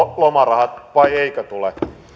lomarahat vai eikö tule